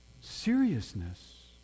seriousness